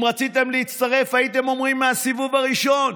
אם רציתם להצטרף, הייתם אומרים מהסיבוב הראשון: